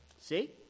see